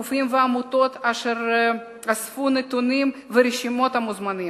לגופים ולעמותות אשר אספו נתונים ואת רשימות המוזמנים,